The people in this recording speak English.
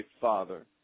Father